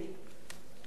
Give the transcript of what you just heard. לישון בשקט,